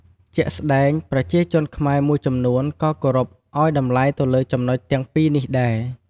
ជាក់ស្ដែង ប្រជាជនខ្មែរមួយចំនួនក៏គោរពឱ្យតម្លៃទៅលើចំណុចទាំងពីរនេះដែរ។